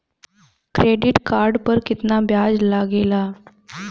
Credit card पर कितना ब्याज लगेला?